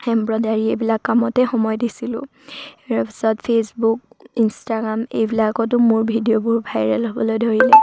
embroidery এইবিলাক কামতে সময় দিছিলোঁ তাৰপিছত ফেচবুক ইনষ্টাগ্ৰাম এইবিলাকতো মোৰ ভিডিঅ'বোৰ ভাইৰেল হ'বলৈ ধৰিলে